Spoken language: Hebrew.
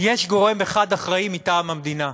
יש גורם אחד אחראי מטעם המדינה,